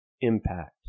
impact